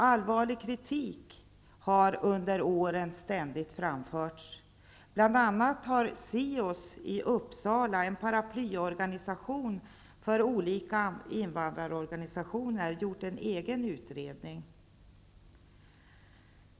Allvarlig kritik har under åren ständigt framförts, och bl.a. har SIOS i Uppsala, en paraplyorganisation för olika invandrarorganisationer, gjort en egen utredning.